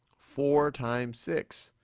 four times six.